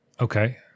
Okay